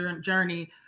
journey